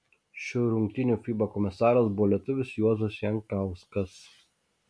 šių rungtynių fiba komisaras buvo lietuvis juozas jankauskas